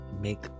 make